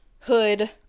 Hood